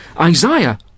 Isaiah